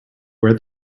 where